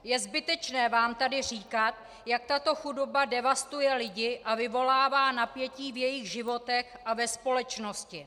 Je zbytečné vám tady říkat, jak tato chudoba devastuje lidi a vyvolává napětí v jejich životech a ve společnosti.